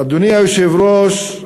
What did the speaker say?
אדוני היושב-ראש,